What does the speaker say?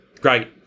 Great